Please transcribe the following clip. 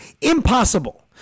Impossible